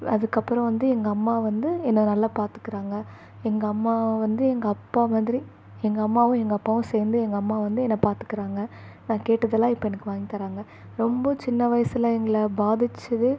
அதுக்கப்புறம் வந்து எங்கள் அம்மா வந்து என்ன நல்லா பார்த்துக்குறாங்க எங்கள் அம்மா வந்து எங்கள் அப்பா மாதிரி எங்கள் அம்மாவும் எங்கள் அப்பாவும் சேர்ந்து எங்கள் அம்மா வந்து என்னை பார்த்துக்குறாங்க நான் கேட்டதெல்லாம் இப்போ எனக்கு வாங்கித்தராங்கள் ரொம்ப சின்ன வயசில் எங்களை பாதிச்சது